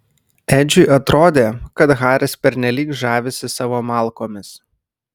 edžiui atrodė kad haris pernelyg žavisi savo malkomis